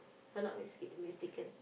if I'm not miska~ mistaken